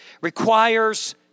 requires